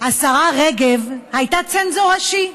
השרה רגב הייתה צנזור ראשי,